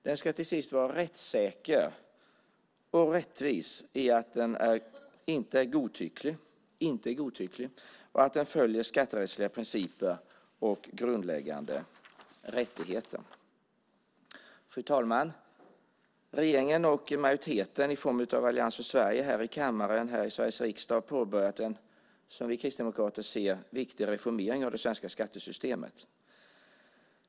Den ska till sist vara rättssäker och rättvis i att den inte är godtycklig och att den följer skatterättsliga principer och grundläggande rättigheter. Fru talman! Regeringen och majoriteten i form av Allians för Sverige här i kammaren och i Sveriges riksdag har påbörjat en, som vi kristdemokrater ser, viktig reformering av det svenska skattesystemet.